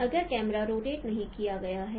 अगर camera rotate नहीं किया गया है